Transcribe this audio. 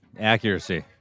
Accuracy